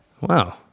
Wow